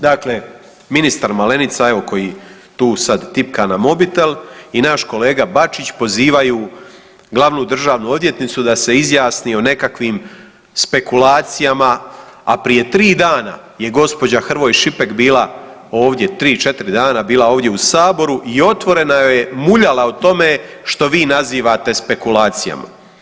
Dakle, ministar Malenica, evo koji tu sad tipka na mobitel i naš kolega Bačić pozivaju glavnu državnu odvjetnicu da se izjasni o nekakvim spekulacijama, a prije 3 dana je gđa. Hrvoj Šipek bila ovdje, 3-4 dana bila ovdje u saboru i otvoreno je muljala o tome što vi nazivate spekulacijama.